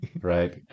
right